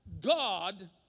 God